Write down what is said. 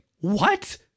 what